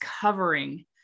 covering